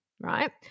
right